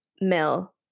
Mill